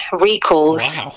recalls